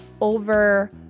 over